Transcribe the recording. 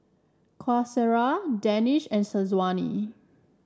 Qaisara Danish and Syazwani